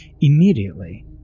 Immediately